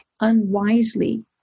unwisely